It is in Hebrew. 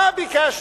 מה ביקשנו?